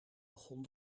begon